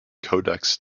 codex